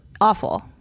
awful